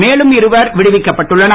மேலும் இருவர் விடுவிக்கப்பட்டுள்ளனர்